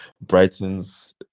Brighton's